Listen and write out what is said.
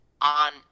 on